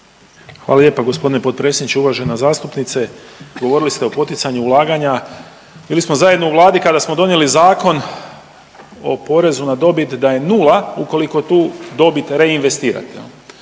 Hvala lijepa g. potpredsjedniče. Uvažena zastupnice, govorili ste o poticanju ulaganja, bili smo zajedno u Vladi kada smo donijeli Zakon o porezu na dobit da je nula ukoliko tu dobit reinvestirate